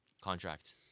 contract